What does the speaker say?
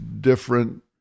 different